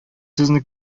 сүзне